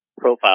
profile